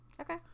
Okay